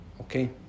Okay